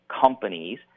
companies